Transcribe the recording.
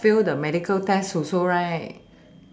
cannot fail the medical test also right